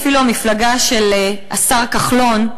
אפילו המפלגה של השר כחלון,